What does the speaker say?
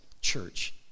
Church